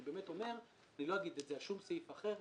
אני באמת אומר כך ואני לא אגיד את זה על שום סעיף אחר.